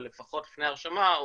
אבל לפחות לפני הרשמה,